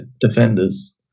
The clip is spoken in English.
defenders